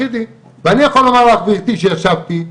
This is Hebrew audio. ואני יכול לומר לך גבירתי שישבתי,